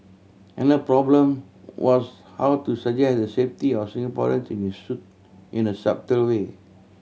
another problem was how to suggest the safety of Singaporean in a subtle way